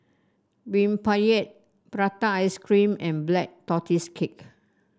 rempeyek Prata Ice Cream and Black Tortoise Cake